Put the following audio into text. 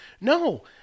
No